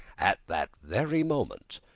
at that very moment,